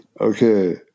Okay